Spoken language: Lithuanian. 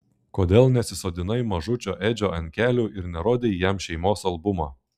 kodėl nesisodinai mažučio edžio ant kelių ir nerodei jam šeimos albumo